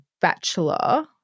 Bachelor